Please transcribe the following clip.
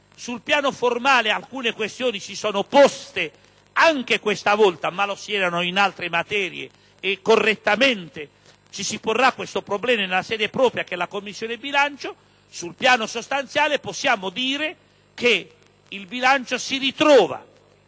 Sul piano formale alcune questioni si sono poste anche questa volta, ma era avvenuto anche in altre materie, e correttamente ci si porrà il problema nella sede propria che è la Commissione bilancio. Sul piano sostanziale possiamo dire che il bilancio si ritrova